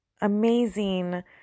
amazing